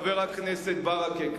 חבר הכנסת ברכה,